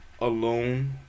alone